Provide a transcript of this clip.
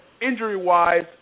injury-wise